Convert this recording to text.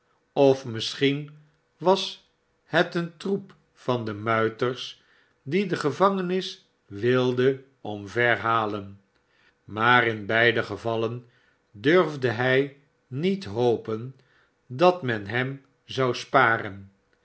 of misschien was het een troep van de muiters die de gevangenis wilden omverhalen maar in beide gevallen durfde hij niet hopen dat men hem zou sparen